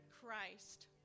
Christ